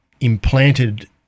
implanted